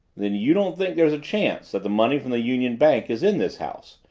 then you don't think there's a chance that the money from the union bank is in this house?